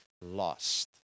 lost